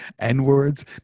N-Words